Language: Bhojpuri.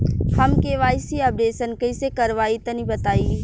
हम के.वाइ.सी अपडेशन कइसे करवाई तनि बताई?